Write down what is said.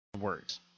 words